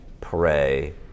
pray